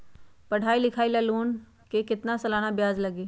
पढाई लिखाई ला लोन के कितना सालाना ब्याज लगी?